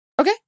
Okay